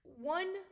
one